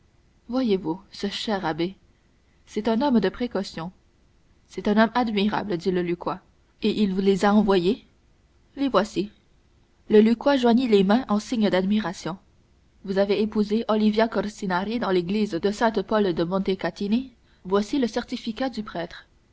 voyez-vous ce cher abbé c'est un homme de précaution c'est un homme admirable dit le lucquois et il vous les a envoyés les voici le lucquois joignit les mains en signe d'admiration vous avez épousé olivia corsinari dans l'église de sainte paule de monte catini voici le certificat du prêtre